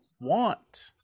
want